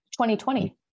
2020